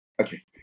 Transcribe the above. okay